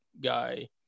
guy